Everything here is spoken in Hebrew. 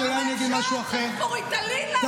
אני פשוט מתקזזת.